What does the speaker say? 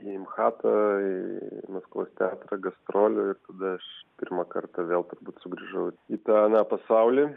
į mchatą į maskvos teatrą gastrolių ir tada aš pirmą kartą vėl turbūt sugrįžau į tą aną pasaulį